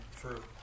True